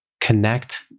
connect